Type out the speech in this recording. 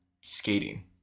skating